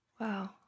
Wow